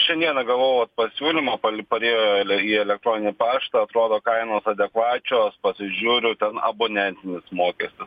šiandieną gavau vat pasiūlymą par parėjo į elektroninį paštą atrodo kainos adekvačios pasižiūriu ten abonentinis mokestis